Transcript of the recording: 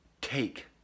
Take